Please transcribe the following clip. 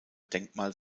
denkmal